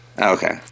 Okay